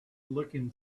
looking